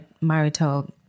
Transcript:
marital